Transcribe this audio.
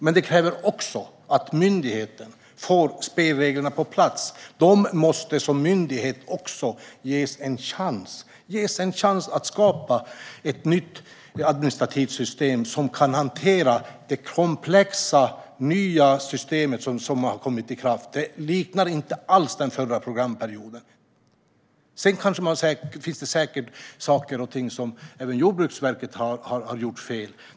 Men det kräver också att myndigheten får spelreglerna på plats och ges en chans att skapa ett nytt administrativt system som kan hantera det komplexa nya system som har trätt i kraft. Det liknar inte alls den förra programperioden. Det kan säkert finnas saker och ting som Jordbruksverket har gjort fel.